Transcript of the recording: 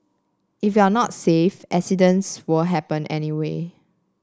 if you're not safe accidents will happen anyway